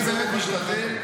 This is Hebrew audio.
אני באמת משתדל.